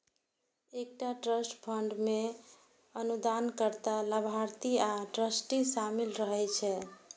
एकटा trust fund मे अनुदानकर्ता, लाभार्थी आ ट्रस्टी शामिल रहै छै